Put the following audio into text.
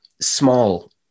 small